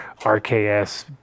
RKS